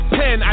ten